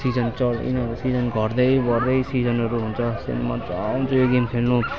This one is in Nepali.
सिजन चढ सिजन घट्दै बढ्दै सिजनहरू हुन्छ मजा आउँछ यो गेम खेल्नु